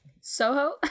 Soho